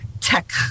tech